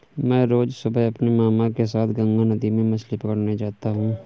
मैं रोज सुबह अपने मामा के साथ गंगा नदी में मछली पकड़ने जाता हूं